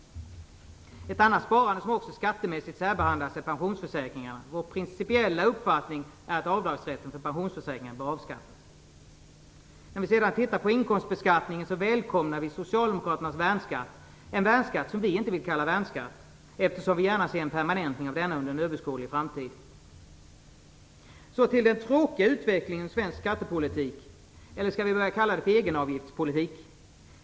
Ett annat sparande som också skattemässigt särbehandlas är pensionsförsäkringarna. Vår principiella uppfattning är att avdragsrätten för pensionsförsäkringar bör avskaffas. I fråga om inkomstbeskattningen välkomnar vi Socialdemokraternas förslag till värnskatt. Vi vill inte kalla den skatten för värnskatt, eftersom vi gärna ser en permanentning av denna skatt under en överskådlig framtid. Så till den tråkiga utvecklingen inom svensk skattepolitik. Eller skall vi börja kalla detta för egenavgiftspolitik?